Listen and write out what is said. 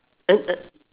and a~